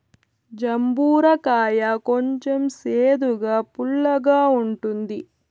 జంబూర కాయ కొంచెం సేదుగా, పుల్లగా ఉంటుంది